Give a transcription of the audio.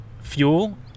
fuel